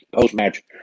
Post-match